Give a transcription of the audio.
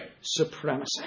supremacy